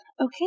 Okay